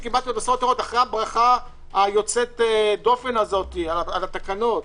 אחרי הברכה יוצאת הדופן הזו על התקנות,